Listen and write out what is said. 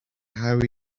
how